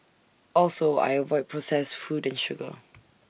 also I avoid processed food and sugar